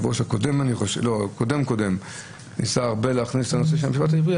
ראש הקודם קודם לך ניסה להכניס את הנושא של המשפט העברי.